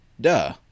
duh